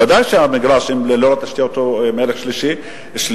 ודאי שהמגרש ללא תשתיות הוא עם ערך שלילי.